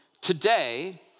Today